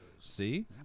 See